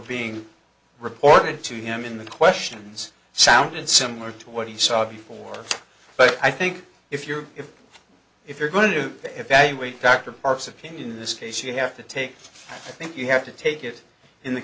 being reported to him in the questions sounded similar to what he saw before but i think if you're if if you're going to evaluate dr parks opinion in this case you have to take i think you have to take it in the